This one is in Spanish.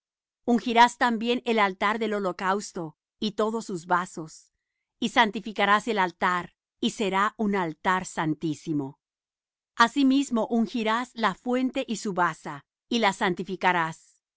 santo ungirás también el altar del holocausto y todos sus vasos y santificarás el altar y será un altar santísimo asimismo ungirás la fuente y su basa y la santificarás